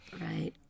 Right